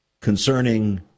concerning